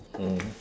mm